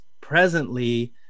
presently